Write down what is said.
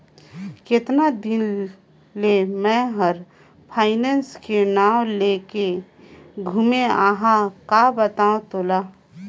केतना दिन ले मे हर फायनेस के नाव लेके घूमें अहाँ का बतावं तोला